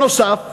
נוסף